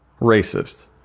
racist